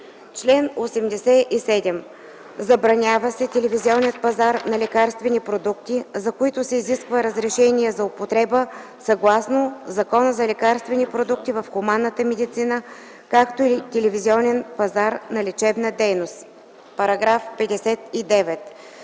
„Чл. 87. Забранява се телевизионният пазар на лекарствени продукти, за които се изисква разрешение за употреба съгласно Закона за лекарствените продукти в хуманната медицина, както и телевизионен пазар на лечебна дейност.” „§ 59.